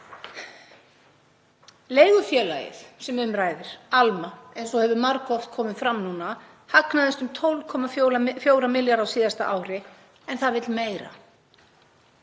Leigufélagið sem um ræðir, Alma, eins og margoft hefur komið fram, hagnaðist um 12,4 milljarða á síðasta ári en það vill meira.